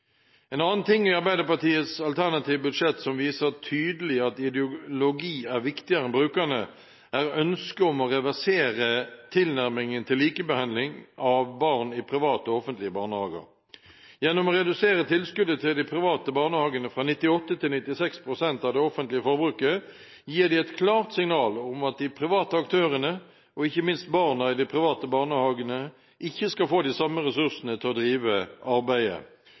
En annen ting i Arbeiderpartiets alternative budsjett som viser tydelig at ideologi er viktigere enn brukerne, er ønsket om å reversere tilnærmingen til likebehandling av barn i private barnehager og barn i offentlige barnehager. Gjennom å redusere tilskuddet til de private barnehagene fra 98 pst. til 96 pst. av det offentlige forbruket gir de et klart signal om at de private aktørene ikke skal få de samme ressursene til å drive arbeidet